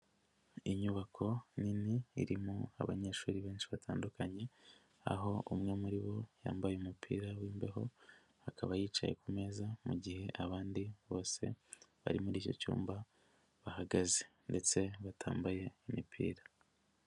Inyubako nini irimo abanyeshuri benshi batandukanye, aho umwe muri bo yambaye umupira w'imbeho, akaba yicaye ku meza, mu gihe abandi bose bari muri icyo cyumba bahagaze ndetse batambaye imipira.